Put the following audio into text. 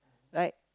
right